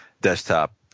desktop